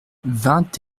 vingt